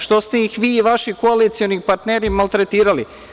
Što ste ih vi i vaši koalicioni partneri maltretirali.